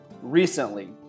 recently